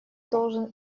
должен